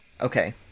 Okay